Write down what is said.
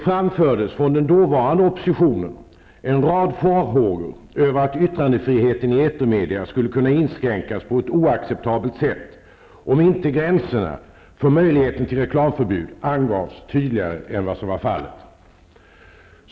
framfördes från den dåvarande oppositionen en rad farhågor över yttrandefriheten i etermedia, som skulle kunna inskränkas på ett oacceptabelt sätt om inte gränserna för möjligheten till reklamförbud angavs tydligare än som var fallet.